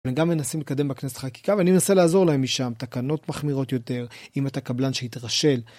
הם גם מנסים לקדם בכנסת חקיקה ואני מנסה לעזור להם משם, תקנות מחמירות יותר, אם אתה קבלן שהתרשל.